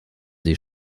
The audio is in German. sie